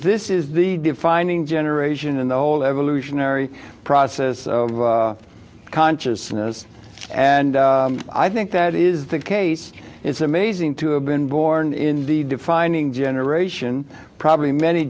this is the defining generation in the whole evolutionary process of consciousness and i think that is the case it's amazing to have been born in the defining generation probably many